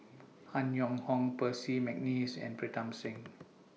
Han Yong Hong Percy Mcneice and Pritam Singh